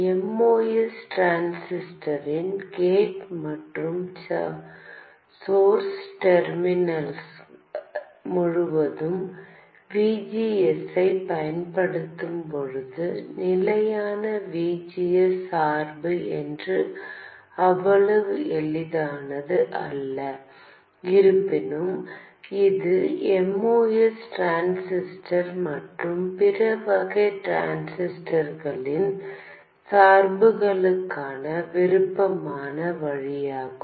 MOS டிரான்சிஸ்டரின் gate மற்றும் source டெர்மினல்கள் முழுவதும் VGSஐப் பயன்படுத்தும்போது நிலையான VGS சார்பு என்பது அவ்வளவு எளிதானது அல்ல இருப்பினும் இது MOS டிரான்சிஸ்டர் மற்றும் பிற வகை டிரான்சிஸ்டர்களின் சார்புக்கான விருப்பமான வழியாகும்